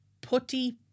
putty